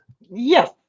Yes